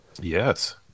yes